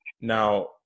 Now